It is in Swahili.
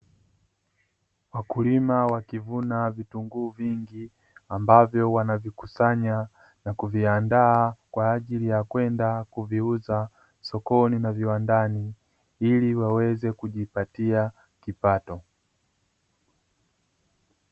Wakulima wakivuna vitunguu vingi ambavyo wanavikusanya na kuviandaa kwa ajili ya kwenda kuviuza sokoni na viwandani, ili waweze kujipatia kipato.